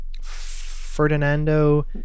ferdinando